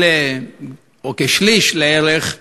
כשליש לערך,